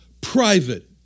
private